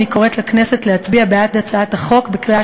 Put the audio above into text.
אני קוראת לכנסת להצביע בעד הצעת החוק בקריאה